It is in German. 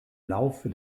laufe